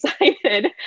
excited